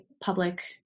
public